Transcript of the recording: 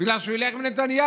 בגלל שהוא ילך עם נתניהו,